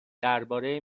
درباره